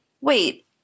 wait